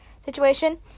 situation